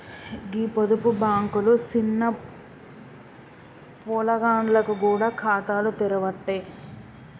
గీ పొదుపు బాంకులు సిన్న పొలగాండ్లకు గూడ ఖాతాలు తెరవ్వట్టే